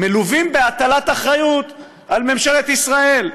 מלווים בהטלת אחריות על ממשלת ישראל: